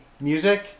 music